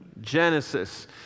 Genesis